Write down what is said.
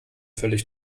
völlig